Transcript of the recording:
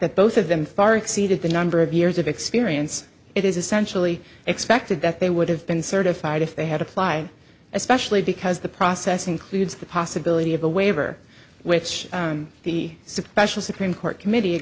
that both of them far exceeded the number of years of experience it is essentially expected that they would have been certified if they had apply especially because the process includes the possibility of a waiver which the suppressions supreme court committee